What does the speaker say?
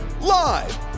Live